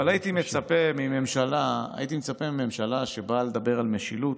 אבל הייתי מצפה מממשלה שבאה לדבר על משילות,